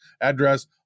address